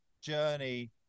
journey